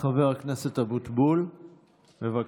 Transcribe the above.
חבר הכנסת אבוטבול, בבקשה.